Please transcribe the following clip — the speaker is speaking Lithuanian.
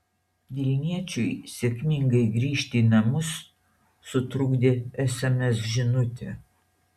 vilniečiui sėkmingai grįžti į namus sutrukdė sms žinutė